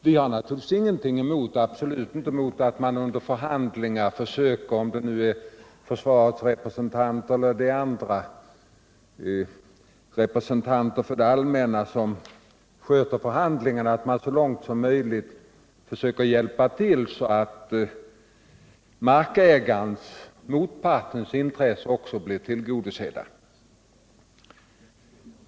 Vi har naturligtvis absolut ingenting emot att man under förhandlingar — oavsett om det är försvarets representanter eller andra representanter för det allmänna som sköter förhandlingarna — så långt möjligt hjälper till så att markägarens, motpartens, intressen också blir tillgodosedda.